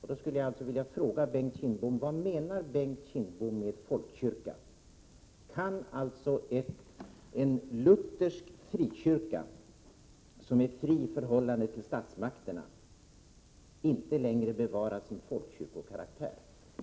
Jag skulle således vilja fråga Bengt Kindbom: Vad menar Bengt Kindbom med folkkyrka? Kan alltså en luthersk frikyrka, som är fri i förhållande till statsmakterna, inte längre bevara sin folkkyrkokaraktär?